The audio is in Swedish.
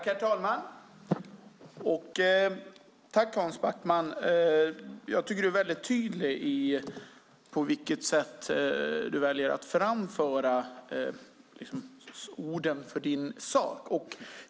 Herr talman! Tack, Hans Backman! Jag tycker att du är väldigt tydlig i hur du väljer att framföra orden för din sak.